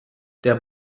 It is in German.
der